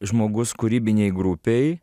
žmogus kūrybinėj grupėj